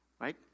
Right